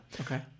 Okay